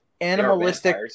Animalistic